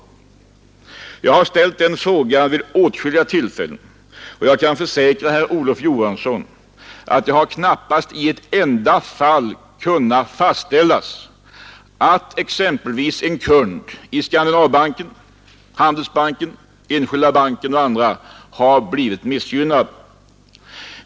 Jag har ställt den frågan vid åtskilliga tillfällen, och jag kan försäkra herr Olof Johansson att det har knappast i ett enda fall kunnat fastställas att exempelvis en kund i Skaninavbanken, Handelsbanken, Enskilda banken eller andra banker har blivit missgynnad.